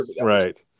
Right